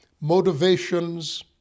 motivations